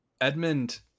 Edmund